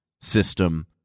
system